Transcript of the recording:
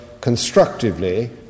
constructively